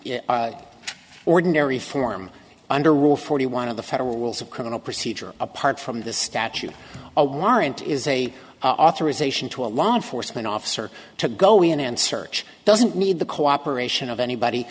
its ordinary form under rule forty one of the federal rules of criminal procedure apart from the statute a warrant is a authorization to a law enforcement officer to go in and search doesn't need the cooperation of anybody